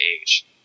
age